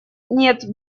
нет